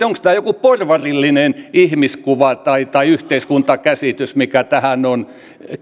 onko tämä joku porvarillinen ihmiskuva tai tai yhteiskuntakäsitys mikä tähän on